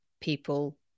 people